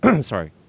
Sorry